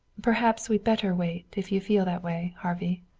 perhaps we'd better wait, if you feel that way, harvey.